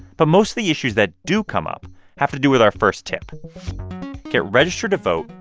but mostly, issues that do come up have to do with our first tip get registered to vote,